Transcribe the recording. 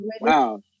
wow